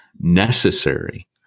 necessary